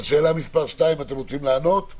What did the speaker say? על שאלה מס' 2 אתם רוצים לענות?